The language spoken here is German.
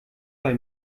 bei